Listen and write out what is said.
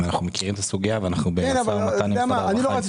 אנחנו מכירים את הסוגייה ואנחנו במשא ומתן עם משרד הרווחה על הנושא הזה.